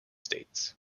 states